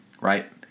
right